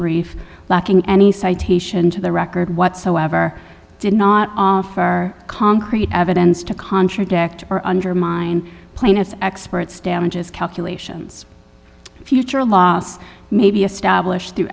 brief lacking any citation to the record whatsoever did not offer our concrete evidence to contradict or undermine plaintiff's experts damages calculations future loss may be established